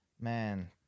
man